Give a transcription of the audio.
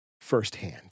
firsthand